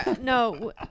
No